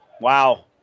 Wow